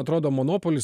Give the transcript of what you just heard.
atrodo monopolis